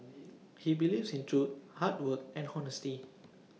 he believes in truth hard work and honesty